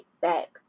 back